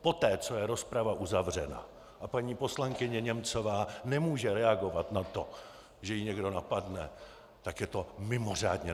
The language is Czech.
Poté, co je rozprava uzavřena a paní poslankyně Němcová nemůže reagovat na to, že ji někdo napadne, tak je to mimořádně nefér.